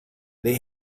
they